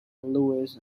louis